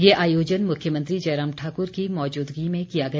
ये आयोजन मुख्यमंत्री जयराम ठाकुर की मौजूदगी में किया गया